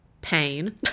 pain